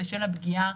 בשל הפגיעה